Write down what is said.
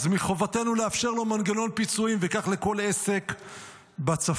אז מחובתנו לאפשר לו מנגנון פיצויים וכך לכל עסק בצפון.